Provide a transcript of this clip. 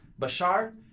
Bashar